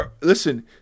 Listen